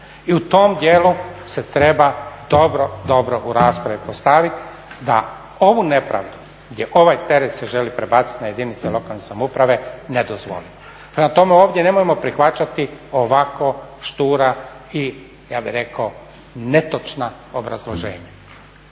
I u tom dijelu se treba dobro, dobro u raspravi postaviti da ovu nepravdu gdje ovaj teret se želi prebaciti na jedinice lokalne samouprave ne dozvolimo. Prema tome, ovdje nemojmo prihvaćati ovako štura i ja bih rekao netočna obrazloženja.